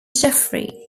jeffery